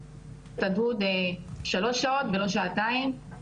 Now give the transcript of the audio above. הוא היה פשוט משתלט להם על המחשבות,